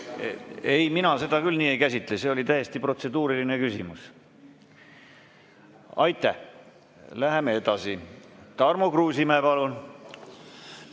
Ei, mina seda küll nii ei käsitle. See oli täiesti protseduuriline küsimus. Läheme edasi. Tarmo Kruusimäe, palun!